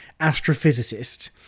astrophysicist